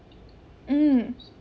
mm